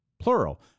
plural